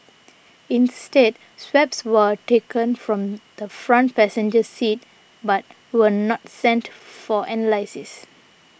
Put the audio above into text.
instead swabs were taken from the front passenger seat but were not sent for analysis